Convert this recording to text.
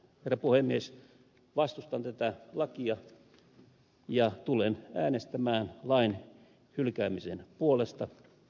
arvoisat edustajat vastustan tätä lakia ja tulen äänestämän lain hylkäämisen puolesta